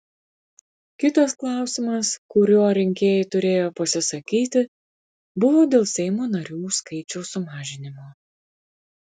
kitas klausimas kuriuo rinkėjai turėjo pasisakyti buvo dėl seimo narių skaičiaus sumažinimo